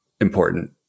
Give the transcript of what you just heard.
important